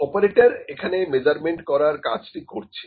operator এখানে measurement করার কাজটি করছে